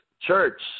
church